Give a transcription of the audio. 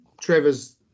Trevor's